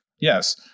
Yes